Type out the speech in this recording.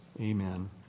Amen